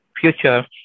future